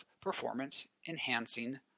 performance-enhancing